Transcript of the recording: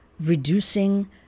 reducing